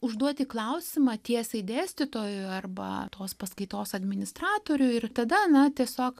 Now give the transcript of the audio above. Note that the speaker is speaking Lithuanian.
užduoti klausimą tiesiai dėstytojui arba tos paskaitos administratoriui ir tada na tiesiog